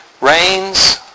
Rains